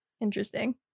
Interesting